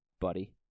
Buddy